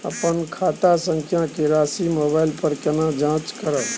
अपन खाता संख्या के राशि मोबाइल पर केना जाँच करब?